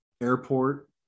airport